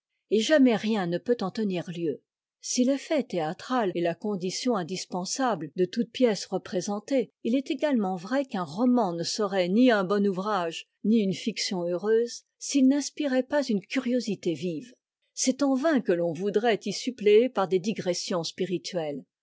et jamais rien ne peut en tenir heu si l'effet théâtral est la condition indispensable de toute pièce représentée il est également vrai qu'un roman ne serait ni un bon ouvrage ni une fiction heureuse s'il n inspirait pas une curiosité vive c'est en vain que l'on voudrait y suppléer par des digressions spirituelles